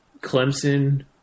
Clemson